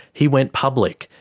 he went public,